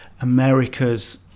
America's